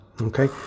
Okay